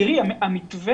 המתווה